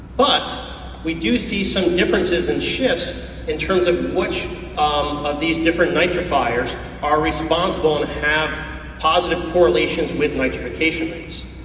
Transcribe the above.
but we do see some differences in shifts in terms of which um of these different nitrifiers are responsible and have positive correlations with nitrification rates.